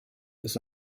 ist